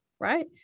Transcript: right